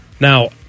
now